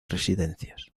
residencias